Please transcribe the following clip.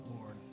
Lord